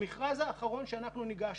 במכרז האחרון שאנחנו ניגשנו,